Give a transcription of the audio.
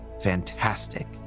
fantastic